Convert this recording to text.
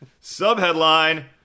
Sub-headline